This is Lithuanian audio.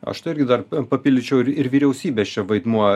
aš tai irgi dar papildyčiau ir ir vyriausybės čia vaidmuo